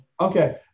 Okay